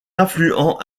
affluent